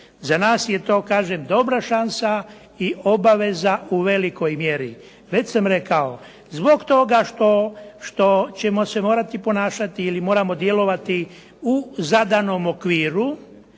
za nas je to kažem dobra šansa i obaveza u velikoj mjeri. Već sam rekao, zbog toga što ćemo se morati ponašati ili moramo djelovati u zadanom okviru